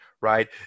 right